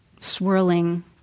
swirling